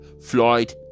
floyd